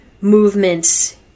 movements